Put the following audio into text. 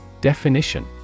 Definition